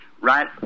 right